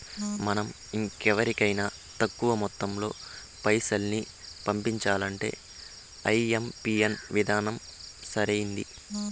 మనం ఇంకెవరికైనా తక్కువ మొత్తంలో పైసల్ని పంపించాలంటే ఐఎంపిన్ విధానం సరైంది